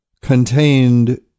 contained